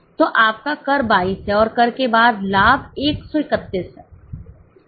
तो आपका कर 22 है और कर के बाद लाभ 131 है